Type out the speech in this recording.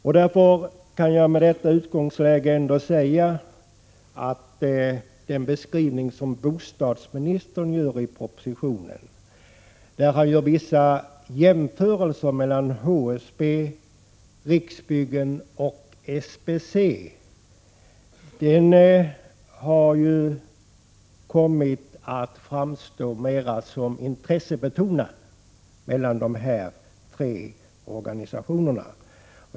Med den bakgrunden kan jag säga att den beskrivning som bostadsministern gör i propositionen, där han gör vissa jämförelser mellan HSB, Riksbyggen och SBC, har kommit att framhålla det intressebetonade hos dessa tre organisationer.